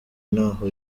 ntaho